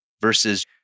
versus